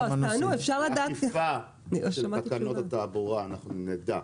לפי תקנות התעבורה אנחנו נדע,